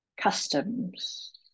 customs